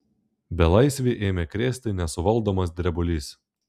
belaisvį ėmė krėsti nesuvaldomas drebulys